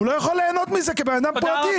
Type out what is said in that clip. הוא לא יכול ליהנות מזה כבן אדם פרטי.